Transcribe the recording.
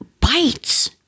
bites